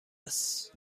است